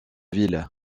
ville